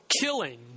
killing